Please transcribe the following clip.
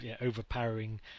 overpowering